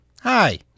hi